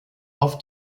auf